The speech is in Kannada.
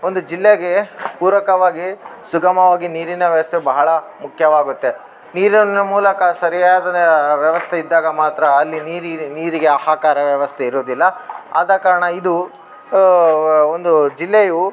ಒಂದು ಜಿಲ್ಲೆಗೆ ಪೂರಕವಾಗಿ ಸುಗಮವಾಗಿ ನೀರಿನ ವ್ಯವಸ್ಥೆ ಬಹಳ ಮುಖ್ಯವಾಗುತ್ತೆ ನೀರಿನ ಮೂಲಕ ಸರಿಯಾದ ವ್ಯವಸ್ಥೆ ಇದ್ದಾಗ ಮಾತ್ರ ಅಲ್ಲಿ ನೀರಿ ನೀರಿಗೆ ಹಾಹಾಕಾರ ವ್ಯವಸ್ಥೆ ಇರೋದಿಲ್ಲ ಆದ ಕಾರಣ ಇದು ವ ಒಂದು ಜಿಲ್ಲೆಯು